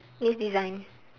news design